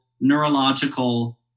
neurological